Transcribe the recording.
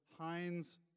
Heinz